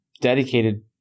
dedicated